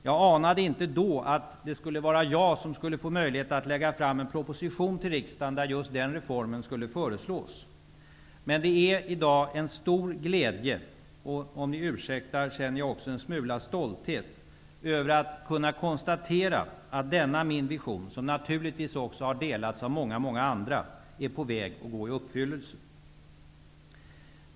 Jag anade inte då att det skulle bli jag som fick möjlighet att lägga fram den proposition till riksdagen där just den reformen skulle föreslås. I dag är det med stor glädje -- om ni ursäktar vill jag säga att jag också känner en smula stolthet -- som jag kan konstatera att denna min, och naturligtvis också många andras, vision är på väg att gå i uppfyllelse.